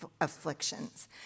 afflictions